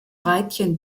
ruijten